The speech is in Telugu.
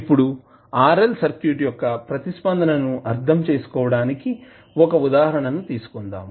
ఇప్పుడు RL సర్క్యూట్ యొక్క ప్రతిస్పందనను అర్థం చేసుకోవడానికి ఒక ఉదాహరణని తీసుకుందాం